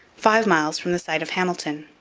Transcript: five miles from the site of hamilton.